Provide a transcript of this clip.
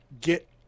get